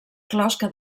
closca